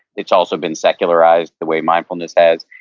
it's also been secularized the way mindfulness has,